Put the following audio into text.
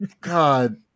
God